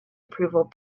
approval